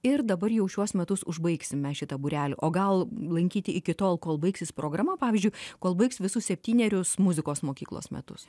ir dabar jau šiuos metus užbaigsime šitą būrelį o gal lankyti iki tol kol baigsis programa pavyzdžiui kol baigs visus septynerius muzikos mokyklos metus